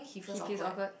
he feels awkward